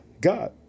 God